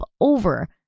over